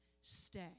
stay